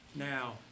Now